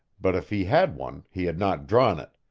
but if he had one he had not drawn it,